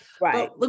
Right